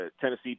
Tennessee